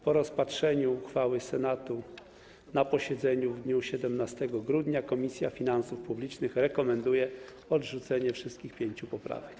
Po rozpatrzeniu uchwały Senatu na posiedzeniu w dniu 17 grudnia Komisja Finansów Publicznych rekomenduje odrzucenie wszystkich pięciu poprawek.